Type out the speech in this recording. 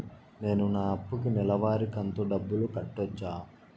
నేను నా అప్పుకి నెలవారి కంతు డబ్బులు కట్టొచ్చా?